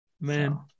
Man